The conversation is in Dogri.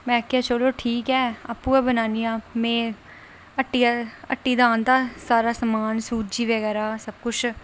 में आखेआ चलो ठीक ऐ आपूं गै बनानी आं में हट्टी आ हट्टी दा आह्नेआ सारा समान सूजी बगैरा सब कुछ